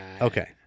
Okay